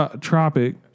Tropic